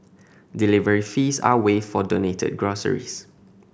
delivery fees are waived for donated groceries